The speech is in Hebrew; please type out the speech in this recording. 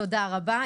תודה רבה.